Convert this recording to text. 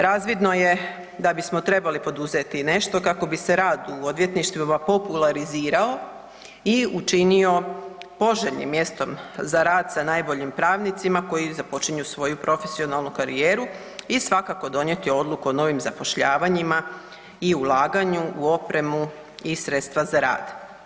Razvidno je da bismo trebali poduzeti nešto kako bi se rad u odvjetništvima popularizirao i učinio poželjnim mjestom za rad sa najboljim pravnicima koji započinju svoju profesionalnu karijeru i svakako donijeti odluku o novim zapošljavanjima i ulaganju u opremu i sredstva za rad.